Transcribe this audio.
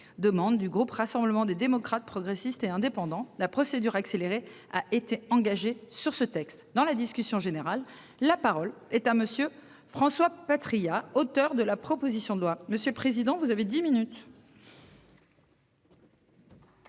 demande du groupe Rassemblement des démocrates, progressistes et indépendants. La procédure accélérée a été engagée sur ce texte dans la discussion générale. La parole est à monsieur François Patriat, auteur de la proposition de loi. Monsieur le président vous avez 10 minutes.